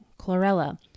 chlorella